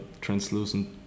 translucent